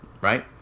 right